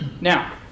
Now